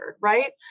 Right